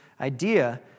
idea